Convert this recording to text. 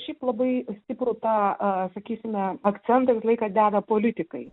šiaip labai stiprų tą a sakysime akcentą visą laiką deda politikai